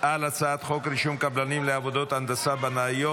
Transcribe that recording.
על הצעת חוק רישום קבלנים לעבודות הנדסה בנאיות.